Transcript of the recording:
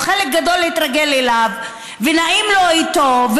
או חלק גדול התרגל אליו ונעים לו איתו,